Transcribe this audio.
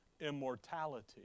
immortality